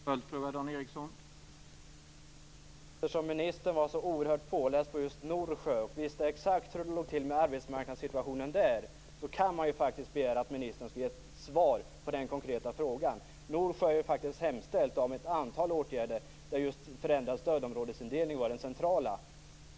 Herr talman! Eftersom ministern var så oerhört påläst på just Norsjö och visste exakt hur det låg till med arbetsmarknadssituationen där kan man faktiskt begära att ministern skall kunna ge ett svar på den konkreta frågan. Norsjö har ju hemställt om ett antal åtgärder, där just förändrad stödområdesindelning var den centrala.